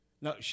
No